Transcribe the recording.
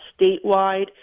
statewide